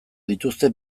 dituzte